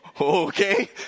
okay